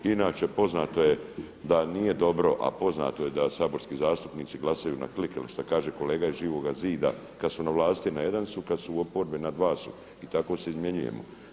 Inače poznato je da nije dobro, a poznato je da saborski zastupnici glasaju na klik ili šta kaže iz Živoga zida kada su na vlasti na jedan su, kada su u oporbi na dva su i tako se izmjenjujemo.